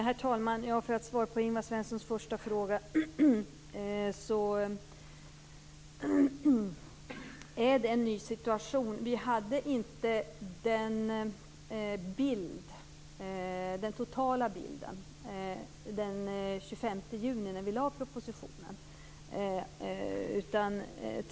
Herr talman! För att svara på Ingvar Svenssons första fråga, vill jag säga att det är en ny situation. Vi hade inte den totala bilden den 25 juni när vi lade propositionen.